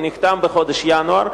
הוא נחתם בחודש ינואר,